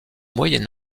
moyen